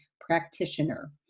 practitioner